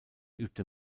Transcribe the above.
übte